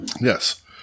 Yes